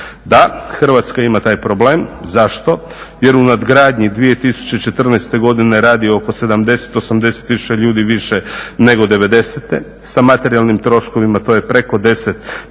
Da, Hrvatska ima taj problem. Zašto? Jer u nadgradnji 2014. godine radi oko 70, 80 tisuća ljudi više nego 90., sa materijalnim troškovima to je preko 10